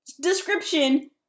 description